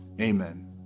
Amen